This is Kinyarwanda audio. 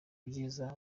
byiza